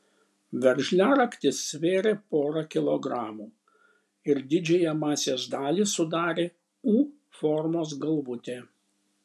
veržliaraktis svėrė porą kilogramų ir didžiąją masės dalį sudarė u formos galvutė